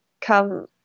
come